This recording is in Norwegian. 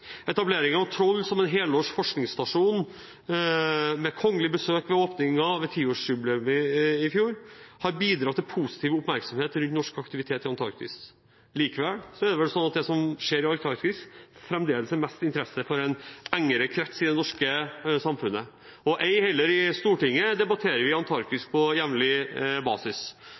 av Troll som en helårs forskningsstasjon, med kongelig besøk ved åpningen og ved 10-årsjubileet i fjor, har bidratt til positiv oppmerksomhet rundt norsk aktivitet i Antarktis. Allikevel er det vel slik at det som skjer i Antarktis, fremdeles har mest interesse for en engere krets i det norske samfunnet. Ei heller i Stortinget debatterer vi Antarktis på jevnlig basis.